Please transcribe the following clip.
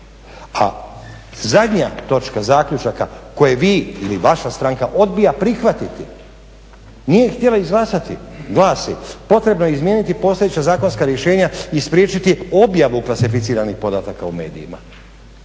A zadnja točka zaključaka koje vi ili vaša stranka odbija prihvatiti nije htjela izglasati, glasi potrebno e izmijeniti postojeća zakonska rješenja i spriječiti objavu klasificiranih podataka u medijima,